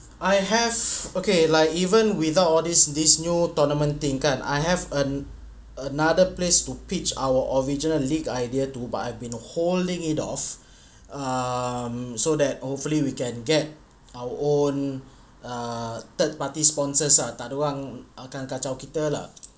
I have okay like even without all this this new tournament thing kan I have a~ another place to pitch our original league idea too but I've been holding it off um so that hopefully we can get our own uh third party sponsors ah takde orang akan kacau kita lah